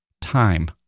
time